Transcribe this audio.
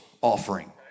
offering